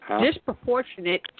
Disproportionate